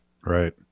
Right